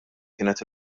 kienet